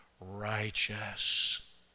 righteous